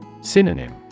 Synonym